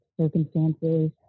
circumstances